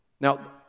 Now